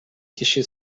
киши